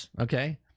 okay